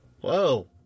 Whoa